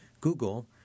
Google